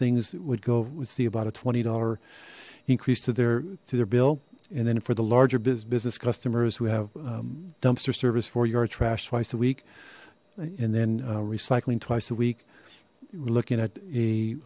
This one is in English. go would see about a twenty dollars increase to their to their bill and then for the larger business customers we have dumpster service for your trash twice a week and then recycling twice a week we're looking at a